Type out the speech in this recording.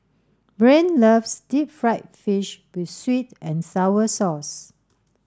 Brain loves deep fried fish with sweet and sour sauce